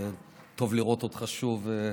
וטוב לראות אותך שוב,